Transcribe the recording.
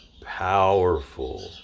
powerful